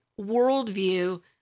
worldview